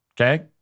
okay